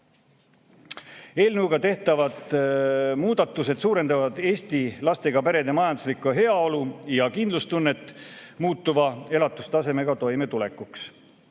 Eelnõuga tehtavad muudatused suurendavad Eesti lastega perede majanduslikku heaolu ja kindlustunnet muutuva elatustasemega toimetulekuks.